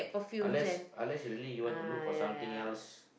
unless unless you really want to look for something else